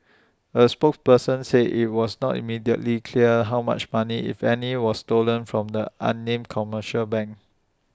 A spokesperson said IT was not immediately clear how much money if any was stolen from the unnamed commercial bank